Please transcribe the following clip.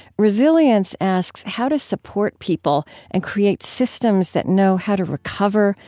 resilience asks how to support people and create systems that know how to recover,